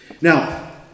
Now